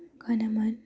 गानोमोन